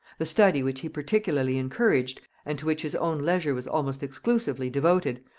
the study which he particularly encouraged, and to which his own leisure was almost exclusively devoted,